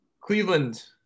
Cleveland